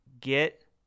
get